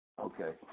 Okay